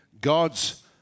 God's